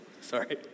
sorry